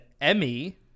Emmy